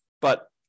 But-